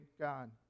God